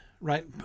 right